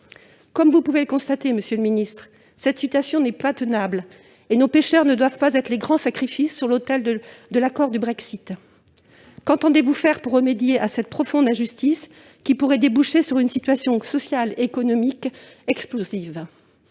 Comme vous pouvez le constater, monsieur le secrétaire d'État, cette situation n'est pas tenable et nos pêcheurs ne doivent pas être les grands sacrifiés sur l'autel de l'accord du Brexit. Qu'entendez-vous faire pour remédier à cette profonde injustice, qui pourrait déboucher sur une situation sociale et économique explosive ?